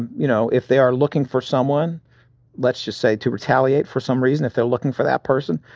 you know, if they are looking for someone let's just say to retaliate for some reason, if they're looking for that person,